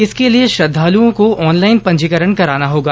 इसके लिए श्रद्वालुओं को ऑनलाइन पंजीकरण कराना होगा